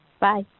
Bye